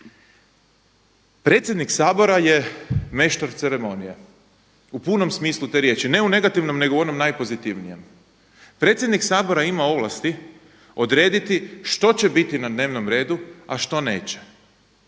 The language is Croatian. Predsjednik Sabora je meštar ceremonije, u punom smislu te riječi, ne u negativnom nego u onom najpozitivnijem. Predsjednik Sabora ima ovlasti odrediti što će biti na dnevnom redu a što neće.